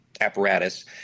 apparatus